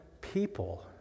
people